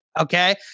okay